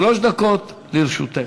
שלוש דקות לרשותך.